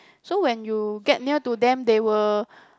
so when you get near to them they will